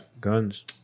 guns